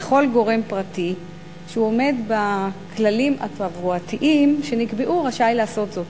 וכל גורם פרטי שעומד בכללים התברואתיים שנקבעו רשאי לעשות זאת.